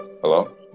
Hello